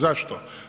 Zašto?